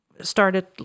started